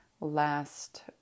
last